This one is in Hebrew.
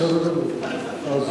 בסדר גמור.